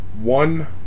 one